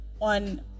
on